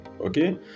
okay